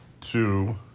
Two